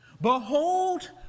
Behold